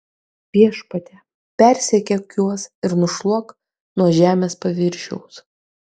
viešpatie persekiok juos ir nušluok nuo žemės paviršiaus